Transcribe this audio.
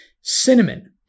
cinnamon